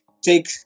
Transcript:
take